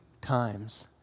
times